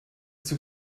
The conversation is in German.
zug